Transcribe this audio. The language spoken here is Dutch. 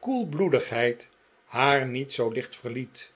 koelbloedigheid haar niet zoo licht verliet